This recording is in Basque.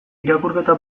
irakurketa